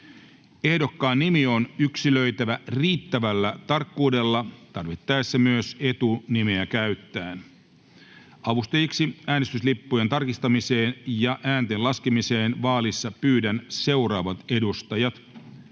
Ehdokkaan nimi on yksilöitävä riittävällä tarkkuudella, tarvittaessa myös etunimeä käyttäen. Avustajiksi äänestyslippujen tarkastamiseen ja äänten laskemiseen vaalissa pyydän seuraavat edustajat: